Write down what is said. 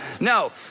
No